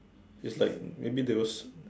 it's like maybe they was